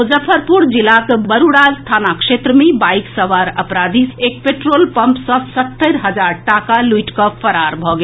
मुजफ्फरपुर जिलाक बरूराज थाना क्षेत्र मे बाईक सवार अपराधी एक पेट्रोल पंप सँ सत्तरि हजार टाका लूटि कऽ फरार भऽ गेल